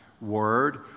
word